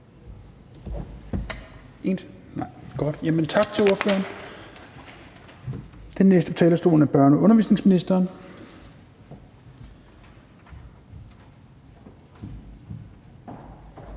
Tak til ordføreren. Den næste på talerstolen er børne- og undervisningsministeren.